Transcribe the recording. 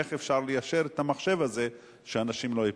איך אפשר ליישר את רישום המחשב הזה שאנשים לא ייפגעו.